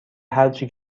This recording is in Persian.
هرچی